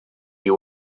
you